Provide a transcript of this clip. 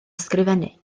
ysgrifennu